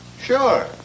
Sure